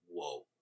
whoa